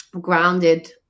grounded